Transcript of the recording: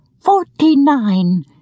forty-nine